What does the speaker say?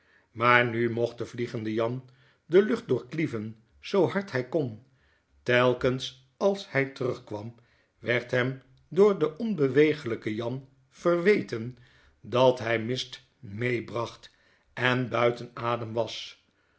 maar nu mocht de vliefende jan de lucht doorklieven zoo hard hy on telkens als hy terugkwam werd hem door den onbewegelgken jan verweten dat hy mist meebracht en buiten adem was